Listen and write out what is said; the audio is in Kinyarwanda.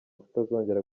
kutazongera